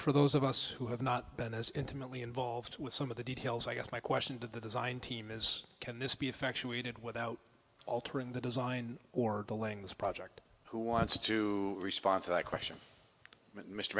for those of us who have not been as intimately involved with some of the details i guess my question to the design team is can this be effectuated without altering the design or delaying this project who wants to respond to that question mr